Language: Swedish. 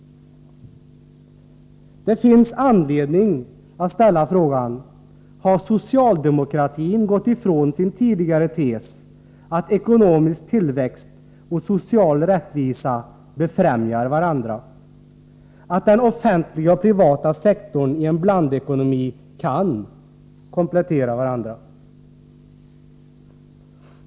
Det finns anledning att ställa frågan: Har socialdemokratin frångått sin tidigare tes att ekonomisk tillväxt och social rättvisa befrämjar varandra och att den offentliga och den privata sektorni en blandekonomi kan komplettera varandra?